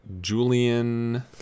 Julian